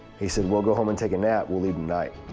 he said well go home and take a nap. we'll leave.